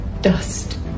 dust